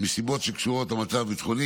מסיבות שקשורות למצב הביטחוני,